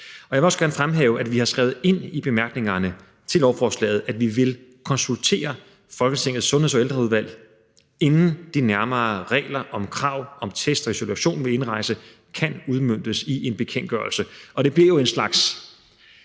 Jeg vil også gerne fremhæve, at vi har skrevet ind i bemærkningerne til lovforslaget, at vi vil konsultere Folketingets Sundheds- og Ældreudvalg, inden de nærmere regler om krav om test og isolation ved indrejse kan udmøntes i en bekendtgørelse. Og det bliver jo en slags